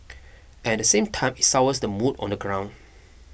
and the same time it sours the mood on the ground